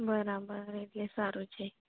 બરાબર એટલે સારું છે